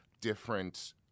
different